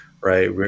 right